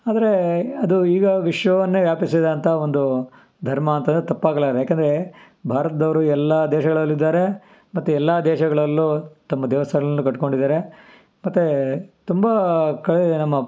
ಆದರೆ ಅದು ಈಗ ವಿಶ್ವವನ್ನೇ ವ್ಯಾಪಿಸಿದಂಥ ಒಂದು ಧರ್ಮ ಅಂತಂದರೆ ತಪ್ಪಾಗಲಾರದು ಯಾಕಂದರೆ ಭಾರತದವರು ಎಲ್ಲ ದೇಶಗಳಲ್ಲಿದ್ದಾರೆ ಮತ್ತು ಎಲ್ಲ ದೇಶಗಳಲ್ಲೂ ತಮ್ಮ ದೇವಸ್ಥಾನಗಳನ್ನು ಕಟ್ಕೊಂಡಿದ್ದಾರೆ ಮತ್ತು ತುಂಬ ಕಳೆದಿದೆ ನಮ್ಮ